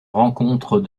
rencontre